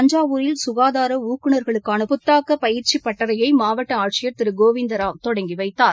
தஞ்சாவூரில் சுகாதார ஊக்குநர்களுக்கான புத்தாக்க பயிற்சி பட்டறையை மாவட்ட ஆட்சியர் திரு கோவிந்தராவ் தொடங்கி வைத்தார்